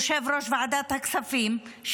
יושב-ראש ועדת הכספים,